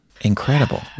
Incredible